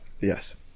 Yes